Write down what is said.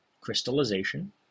crystallization